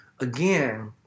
again